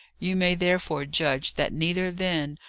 you may, therefore, judge that neither then,